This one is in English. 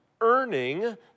earning